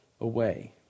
away